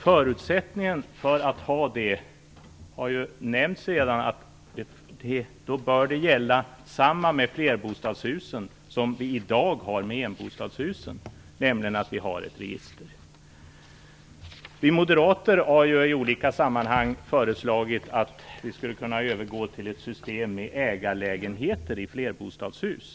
Förutsättningen för att ha det har redan nämnts, dvs. att det bör gälla samma med flerbostadshusen som i dag gäller med enbostadshusen, nämligen att det finns ett register. Vi moderater har i olika sammanhang föreslagit att man skulle kunna övergå till ett system med ägarlägenheter i flerbostadshus.